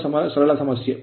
ತುಂಬಾ ಸರಳ ಸಮಸ್ಯೆ